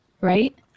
right